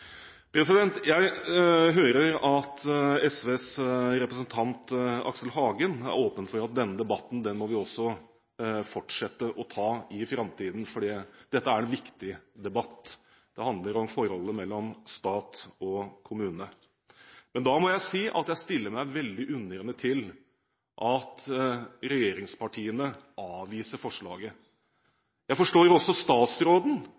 Jeg hører at SVs representant Aksel Hagen er åpen for at vi i framtiden må fortsette å ta denne debatten, for det er en viktig debatt. Den handler om forholdet mellom stat og kommune. Men da må jeg si at jeg stiller meg veldig undrende til at regjeringspartiene avviser forslaget. Jeg forstår også statsråden